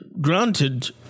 granted